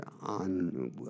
on